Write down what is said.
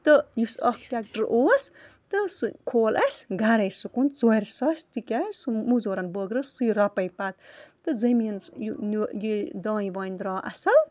تہٕ یُس اَکھ ٹرٛیٚکٹَر اوس تہٕ سُہ کھول اَسہِ گَرَے سُہ کُن ژورِ ساسہِ تِکیٛازِ سُہ مٔزوٗرَن بٲگرو سُے رۄپَے پَتہٕ تہٕ زٔمیٖنَس یہِ دانہِ وانہِ درٛاو اَصٕل